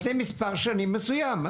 אז זה מספר שנים מסוים.